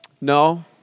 no